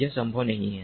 यह संभव नहीं है